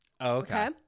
okay